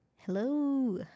Hello